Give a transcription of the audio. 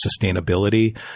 sustainability